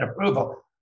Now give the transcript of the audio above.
approval